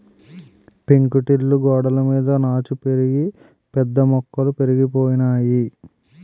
పెంకుటిల్లు గోడలమీద నాచు పెరిగి పెద్ద మొక్కలు పెరిగిపోనాయి